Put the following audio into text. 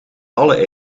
alle